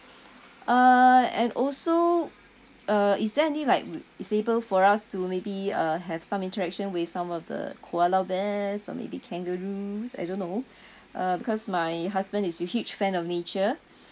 uh and also uh is there any like is able for us to maybe uh have some interaction with some of the koala bears or maybe kangaroos I don't know uh because my husband is a huge fan of nature